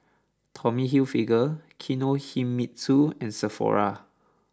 Tommy Hilfiger Kinohimitsu and Sephora